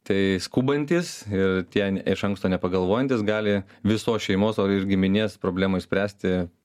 tai skubantys ir tie iš anksto nepagalvojantys gali visos šeimos o ir giminės problemą išspręsti